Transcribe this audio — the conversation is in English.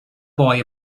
boy